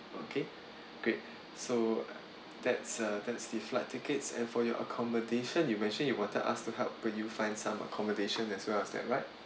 okay great so that's uh the flight tickets and for your accommodation you mentioned you wanted us to help you find some accommodation as well as that right